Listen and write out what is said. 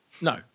no